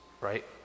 right